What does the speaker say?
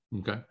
Okay